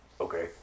Okay